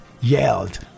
yelled